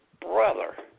brother